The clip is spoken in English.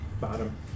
bottom